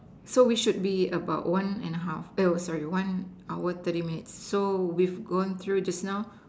so we should be about one and a half oh sorry one hour thirty minutes so we've gone through just now